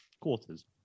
quarters